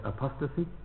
apostasy